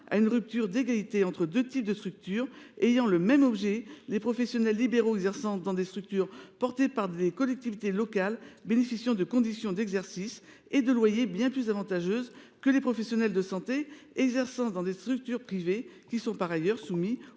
à une rupture d’égalité entre deux types de structures ayant le même objet ; les professionnels libéraux exerçant dans des structures mises en place par des collectivités locales bénéficient de conditions d’exercice et de loyer bien plus avantageuses que les professionnels de santé exerçant dans des structures privées. Pourtant, ceux ci sont soumis